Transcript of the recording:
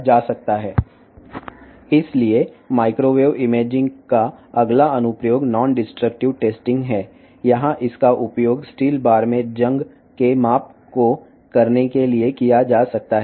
కాబట్టి microwave imaging యొక్క తదుపరి అనువర్తనం నాన్ డిస్ట్రక్టివ్ టెస్టింగ్ దీనిని స్టీల్ బార్లో తుప్పు కొలత చేయడానికి ఉపయోగించవచ్చును